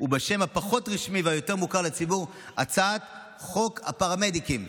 ובשם הפחות-רשמי והיותר-מוכר לציבור "הצעת חוק הפרמדיקים",